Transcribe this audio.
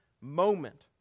moment